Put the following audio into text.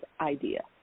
idea